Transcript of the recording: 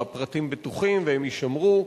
והפרטים בטוחים והם יישמרו.